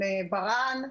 עם ברה"נ,